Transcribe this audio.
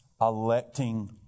electing